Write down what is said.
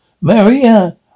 Maria